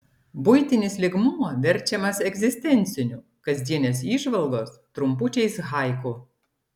buitinis lygmuo verčiamas egzistenciniu kasdienės įžvalgos trumpučiais haiku